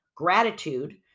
Gratitude